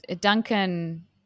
Duncan